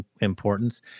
importance